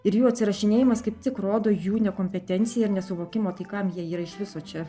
ir jų atsirašinėjimas kaip tik rodo jų nekompetenciją ir nesuvokimą tai kam jie yra iš viso čia